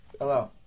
Hello